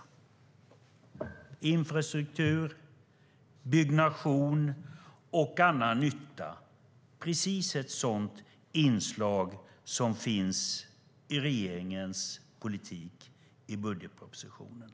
Det handlar om infrastruktur, byggnation och annan nytta. Det är precis ett sådant inslag som finns i regeringens politik i budgetpropositionen.